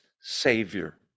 Savior